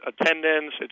attendance